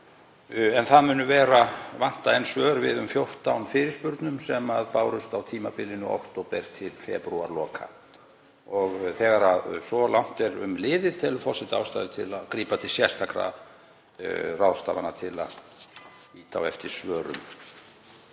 Það mun enn vanta svör við um 14 fyrirspurnum sem bárust á tímabilinu október til febrúarloka. Þegar svo langt er um liðið telur forseti ástæðu til að grípa til sérstakra ráðstafana til að ýta á eftir svörum.